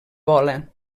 bola